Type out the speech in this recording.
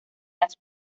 las